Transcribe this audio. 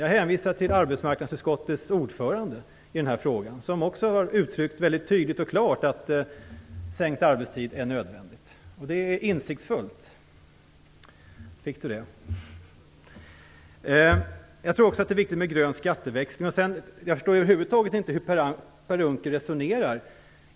Jag hänvisar till arbetsmarknadsutskottets ordförande, som i den här frågan väldigt tydligt och klart har uttryckt att sänkt arbetstid är nödvändigt. Det är insiktsfullt. Jag tror också att det är viktigt med grön skatteväxling. Jag förstår över huvud taget inte hur Per Unckel resonerar.